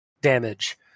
damage